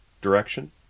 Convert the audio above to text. direction